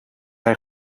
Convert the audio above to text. hij